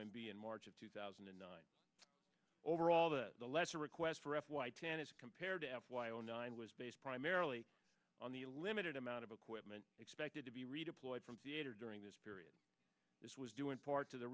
m b in march of two thousand and nine overall that the lessor requests for f y ten is compared to f y o nine was based primarily on the limited amount of equipment expected to be redeployed from during this period this was due in part to the